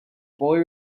boy